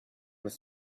with